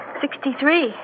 Sixty-three